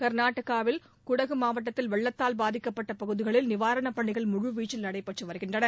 க்நாடகாவில் குடகு மாவட்டத்தில் வெள்ளத்தால் பாதிக்கப்பட்ட பகுதிகளில் நிவாரணப் பணிகள் முழுவீச்சில் நடைபெற்று வருகின்றன